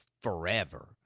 forever